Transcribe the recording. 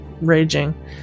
raging